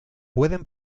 pueden